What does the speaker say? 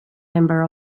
member